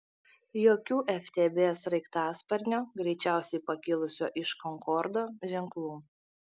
jokių ftb sraigtasparnio greičiausiai pakilusio iš konkordo ženklų